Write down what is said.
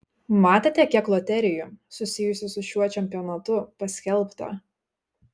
matėte kiek loterijų susijusių su šiuo čempionatu paskelbta